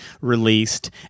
released